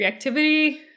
Reactivity